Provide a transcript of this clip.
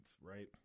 right